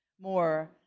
more